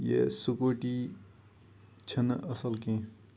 یہِ سکوٗٹی چھِنہٕ اَصٕل کینٛہہ